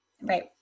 right